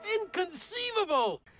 Inconceivable